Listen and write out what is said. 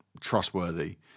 trustworthy